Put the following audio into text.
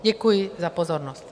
Děkuji za pozornost.